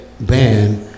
band